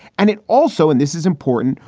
and it also, and this is important,